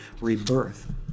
rebirth